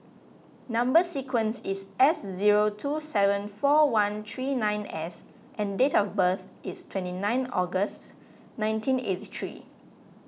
Number Sequence is S zero two seven four one three nine S and date of birth is twenty nine August nineteen eighty three